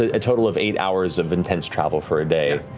a total of eight hours of intense travel for a day ah